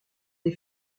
des